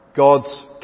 God's